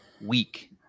week